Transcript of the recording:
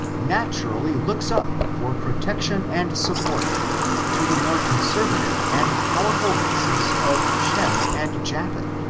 naturally looks up for pro tection and support to the more conservative and powerful races of shem and japheth.